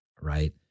Right